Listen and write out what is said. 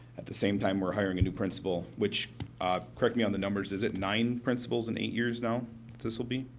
at the same time we're hiring a new principal. correct correct me on the numbers, is it nine principals in eight years now this will be,